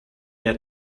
der